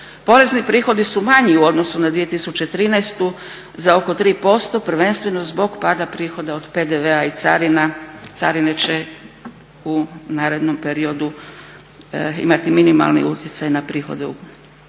Porezni prihodi su manji u odnosu na 2013.za oko 3% prvenstveno zbog pada prihoda od PDV-a i carina. Carine će u narednom periodu imati minimalni utjecaj na prihode u